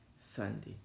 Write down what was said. Sunday